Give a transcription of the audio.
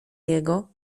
jego